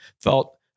felt